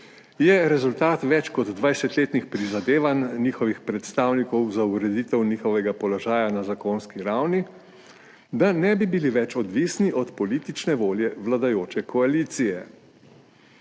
je rezultat več kot 20-letnih prizadevanj njihovih predstavnikov za ureditev njihovega položaja na zakonski ravni, da ne bi bili več odvisni od politične volje vladajoče koalicije.